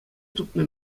тупнӑ